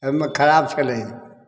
ओइमे खराब छलै